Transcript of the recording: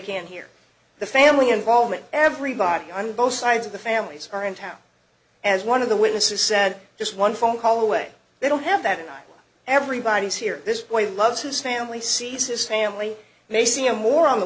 can hear the family involvement everybody on both sides of the families are in town as one of the witnesses said just one phone call away they don't have that everybody's here this boy loves his family sees his family may see a more on the